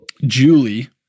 Julie